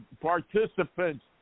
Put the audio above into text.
participants